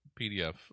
PDF